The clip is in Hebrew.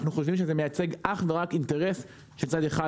אנחנו חושבים שזה מייצג אך ורק אינטרס של צד אחד